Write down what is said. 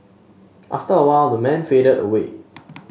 after a while the man faded away